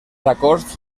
acords